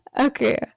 Okay